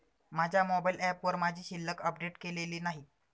माझ्या मोबाइल ऍपवर माझी शिल्लक अपडेट केलेली नाही